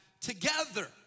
together